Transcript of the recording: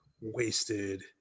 wasted